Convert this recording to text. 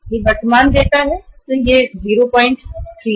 यह वर्तमान देयता 033 है